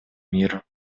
мира